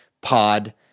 Pod